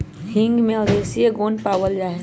हींग में औषधीय गुण पावल जाहई